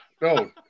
No